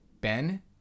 Ben